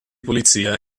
polizia